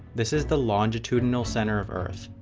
this is the longitudinal center of earth.